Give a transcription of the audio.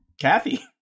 Kathy